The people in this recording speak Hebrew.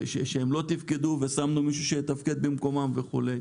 שהם לא תפקדו ושמנו מישהו שיתפקד במקומם וכולי?